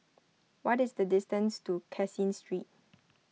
what is the distance to Caseen Street